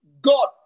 God